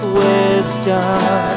wisdom